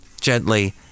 gently